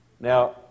now